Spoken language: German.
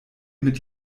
mit